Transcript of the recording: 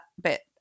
bit